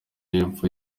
y’epfo